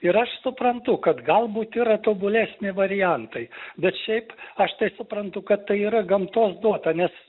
ir aš suprantu kad galbūt yra tobulesni variantai bet šiaip aš tai suprantu kad tai yra gamtos duota nes